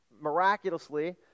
miraculously